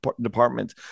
departments